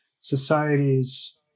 societies